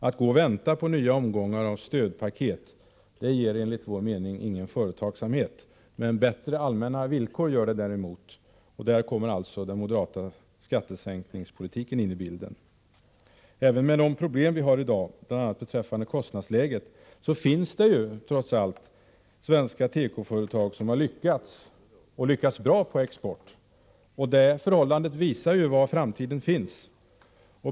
Att gå och vänta på nya omgångar av stödpaket ger enligt vår mening ingen företagsamhet. Bättre allmänna villkor gör det däremot, och där kommer alltså den moderata skattesänkningspolitiken in i bilden. Även med de problem vi har i dag, bl.a. beträffande kostnadsläget, finns det trots allt svenska tekoföretag som har lyckats — och lyckats bra — på export. Det förhållandet visar var framtiden finns.